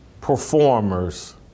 performers